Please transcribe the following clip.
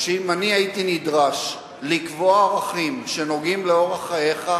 שאם הייתי נדרש לקבוע ערכים שנוגעים לאורח חייך,